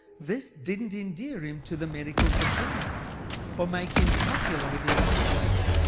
this didn't endear him to the medical fraternal or make him popular with his peers.